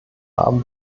haben